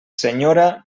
senyora